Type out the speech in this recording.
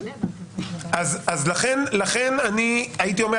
לכן כן הייתי אומר